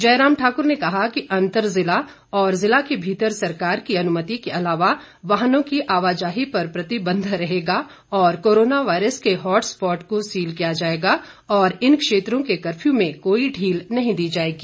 जयराम ठाकुर ने कहा कि अंतर ज़िला और ज़िला के भीतर सरकार की अनुमति के अलावा वाहनों की आवाजाही पर प्रतिबंध रहेगा और कोरोना वायरस के हाटस्पाट को सील किया जाएगा और इन क्षेत्रों के कफ्यू में कोई ढील नहीं दी जाएगी